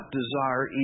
desire